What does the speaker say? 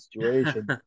situation